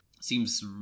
seems